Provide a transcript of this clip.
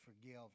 forgive